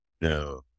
No